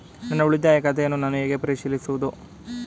ನನ್ನ ಉಳಿತಾಯ ಖಾತೆಯನ್ನು ನಾನು ಹೇಗೆ ಪರಿಶೀಲಿಸುವುದು?